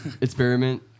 experiment